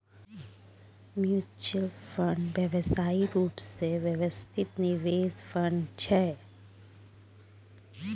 mutual fund व्यावसायिक रूप सँ व्यवस्थित निवेश फंड छै